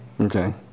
okay